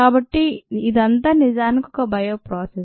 కాబట్టి ఇదంతా నిజానికి ఒక బయో ప్రాసెస్